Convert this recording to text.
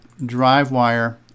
DriveWire